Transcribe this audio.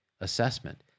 assessment